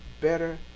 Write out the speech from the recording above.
better